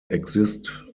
exist